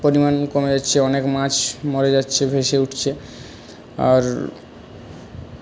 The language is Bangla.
পরিমাণ কমে যাচ্ছে অনেক মাছ মরে যাচ্ছে ভেসে উঠছে আর